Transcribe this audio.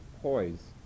poise